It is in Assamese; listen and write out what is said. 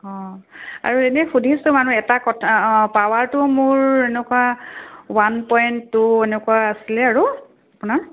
অঁ আৰু এনেই সুধিছোঁ মানে এটা কথা অঁ পাৱাৰটো মোৰ এনেকুৱা ওৱান পইণ্ট টু এনেকুৱা আছিলে আৰু আপোনাৰ